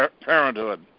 Parenthood